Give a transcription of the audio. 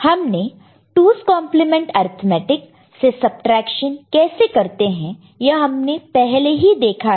हमने 2's complement arithmetic से subtraction कैसे करते है यह हमने पहले ही देखा है